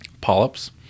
polyps